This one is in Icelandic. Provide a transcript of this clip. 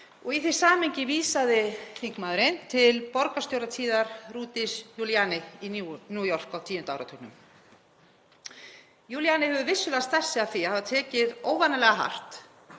Í því samhengi vísaði þingmaðurinn til borgarstjóratíðar Rudys Giulianis í New York á tíunda áratugnum. Giuliani hefur vissulega stært sig af því að hafa tekið óeðlilega hart